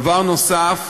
דבר נוסף,